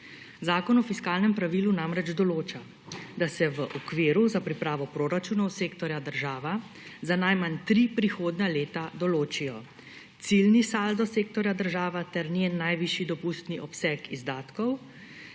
Zakon o fiskalnem pravilu namreč določa, da se v okviru za pripravo proračunov sektorja država za najmanj tri prihodnja leta določijo: ciljni saldo sektorja država ter njen najvišji dopustni obseg izdatkov